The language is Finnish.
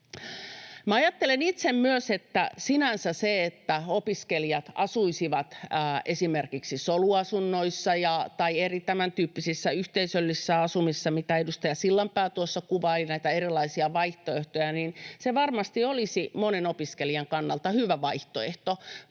ajattelen itse myös, että sinänsä se, että opiskelijat asuisivat esimerkiksi soluasunnoissa tai tämäntyyppisessä yhteisöllisessä asumisessa, mitä edustaja Sillanpää tuossa kuvaili näitä erilaisia vaihtoehtoja, varmasti olisi monen opiskelijan kannalta hyvä vaihtoehto.